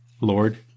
Lord